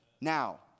Now